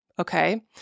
Okay